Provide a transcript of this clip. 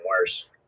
worse